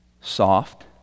Soft